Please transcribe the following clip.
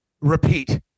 Repeat